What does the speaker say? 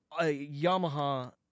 Yamaha